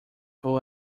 who